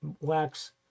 wax